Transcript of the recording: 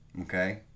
Okay